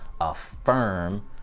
affirm